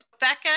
Becca